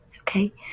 Okay